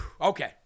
Okay